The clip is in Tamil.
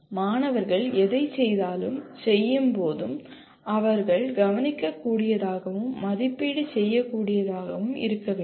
மாணவர்கள் எதைச் செய்தாலும் செய்யும்போதும் அவர்கள் கவனிக்கக்கூடியதாகவும் மதிப்பீடு செய்யக்கூடியதாகவும் இருக்க வேண்டும்